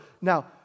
Now